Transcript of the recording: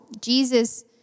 Jesus